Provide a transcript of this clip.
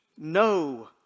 no